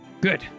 Good